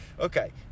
Okay